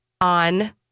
on